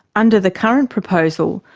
under the current proposal,